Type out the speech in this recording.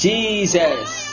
Jesus